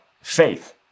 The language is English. Faith